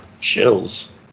chills